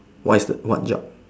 what is the what job